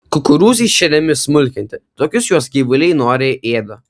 kukurūzai šeriami smulkinti tokius juos gyvuliai noriai ėda